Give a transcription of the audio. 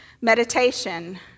meditation